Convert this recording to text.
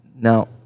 Now